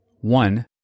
one